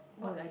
what's